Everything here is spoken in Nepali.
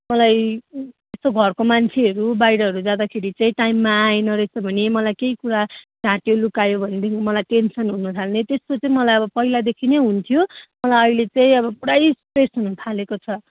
मलाई यसो घरको मान्छेहरू बाहिरहरू जाँदाखेरि चाहिँ टाइममा आएन रहेछ भने मलाई केही कुरा ढाँट्यो लुकायो भनेदेखि मलाई टेन्सन हुनु थाल्ने त्यस्तो चाहिँ मलाई अब पहिलादेखि नै हुन्थ्यो मलाई अहिले चाहिँ अब पुरा स्ट्रेस हुनु थालेको छ